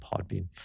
Podbean